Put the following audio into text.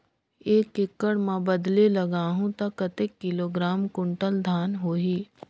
एक एकड़ मां बदले लगाहु ता कतेक किलोग्राम कुंटल धान होही?